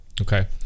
Okay